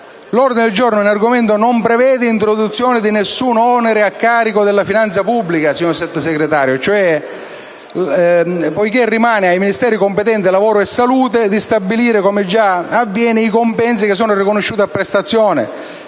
l'ordine del giorno in argomento non prevede l'introduzione di alcun onere a carico della finanza pubblica, lasciando ai Ministeri competenti (lavoro e salute) di stabilire, come già avviene, i compensi che sono riconosciuti a prestazione,